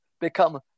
become